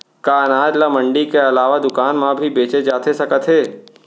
का अनाज ल मंडी के अलावा दुकान म भी बेचे जाथे सकत हे?